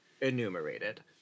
enumerated